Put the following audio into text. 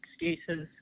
excuses